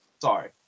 Sorry